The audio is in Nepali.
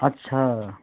अच्छा